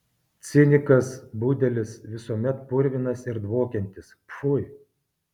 cinikas budelis visuomet purvinas ir dvokiantis pfui